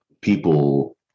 people